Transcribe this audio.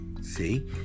See